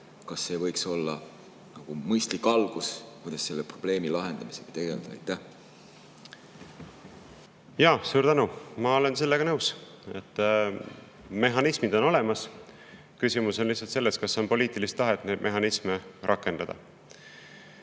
Kas see võiks olla alustuseks mõistlik [viis], kuidas selle probleemi lahendamisega tegeleda? Jaa, suur tänu! Ma olen sellega nõus, et mehhanismid on olemas. Küsimus on lihtsalt selles, kas on poliitilist tahet neid mehhanisme rakendada.